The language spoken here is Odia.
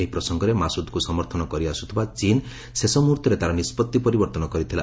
ଏହି ପ୍ରସଙ୍ଗରେ ମାସୁଦ୍କୁ ସମର୍ଥନ କରିଆସୁଥିବା ଚୀନ୍ ଶେଷ ମୁହୂର୍ତ୍ତରେ ତା'ର ନିଷ୍କଭି ପରିବର୍ତ୍ତନ କରିଥିଲା